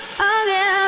again